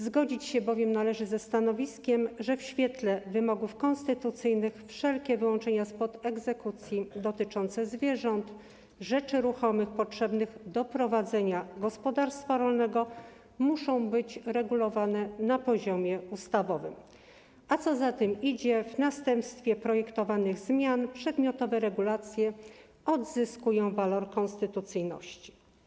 Zgodzić się bowiem należy ze stanowiskiem, że w świetle wymogów konstytucyjnych wszelkie wyłączenia spod egzekucji dotyczące zwierząt, rzeczy ruchomych potrzebnych do prowadzenia gospodarstwa rolnego muszą być regulowane na poziomie ustawowym, a co za tym idzie, w następstwie projektowanych zmian przedmiotowe regulacje odzyskują walor konstytucyjności.